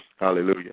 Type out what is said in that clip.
Hallelujah